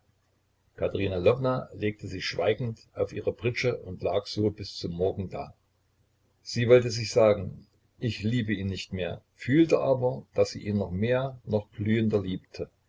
lwowna legte sich schweigend auf ihre pritsche und lag so bis zum morgen da sie wollte sich sagen ich liebe ihn nicht mehr fühlte aber daß sie ihn noch mehr noch glühender liebte